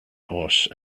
horse